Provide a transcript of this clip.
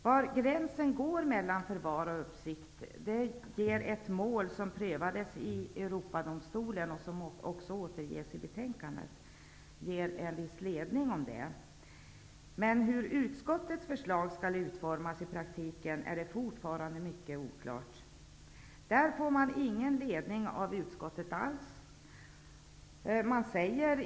Var gränsen går mellan förvar och uppsikt ger ett mål som prövades i Europadomstolen och som också återges i betänkandet en viss ledning om. Men hur utskottets förslag skall utformas i praktiken är fortfarande mycket oklart. Utskottet ger ingen som helst ledning.